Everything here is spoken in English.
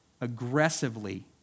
aggressively